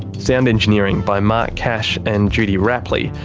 sound engineering by mark cash and judy rapley.